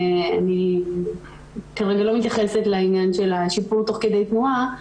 ואני כרגע לא מתייחסת לעניין של השיפור תוך כדי תנועה,